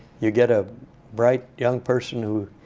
you get a bright young person who